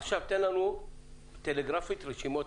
תן לנו טלגרפית את רשימת